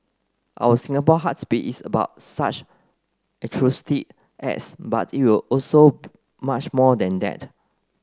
our Singapore Heartbeat is about such altruistic acts but it also much more than that